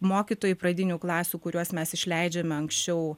mokytojai pradinių klasių kuriuos mes išleidžiame anksčiau